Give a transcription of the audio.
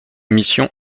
émission